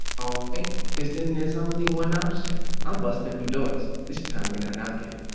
ah because then there's only one option. i'm busting through doors this time, we're not knocking.